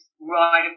right